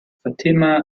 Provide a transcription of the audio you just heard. fatima